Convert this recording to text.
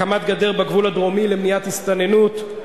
הקמת גדר בגבול הדרומי למניעת הסתננות,